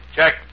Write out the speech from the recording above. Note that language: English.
Check